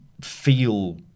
feel